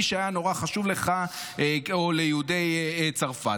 שהיה נורא חשוב לך או ליהודי צרפת,